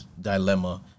dilemma